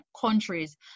countries